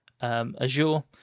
Azure